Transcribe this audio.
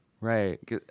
Right